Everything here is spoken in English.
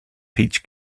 peach